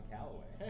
Callaway